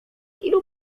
ilu